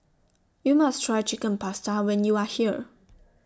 YOU must Try Chicken Pasta when YOU Are here